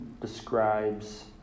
describes